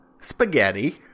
spaghetti